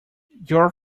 your